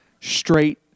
straight